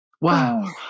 wow